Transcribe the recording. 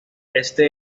este